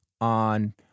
on